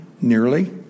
nearly